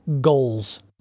GOALS